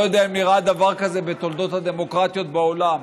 לא יודע אם נראה דבר כזה בתולדות הדמוקרטיות בעולם.